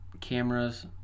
cameras